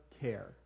care